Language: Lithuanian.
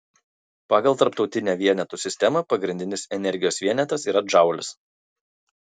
pagal tarptautinę vienetų sistemą pagrindinis energijos vienetas yra džaulis